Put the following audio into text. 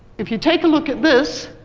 if you take a look at this,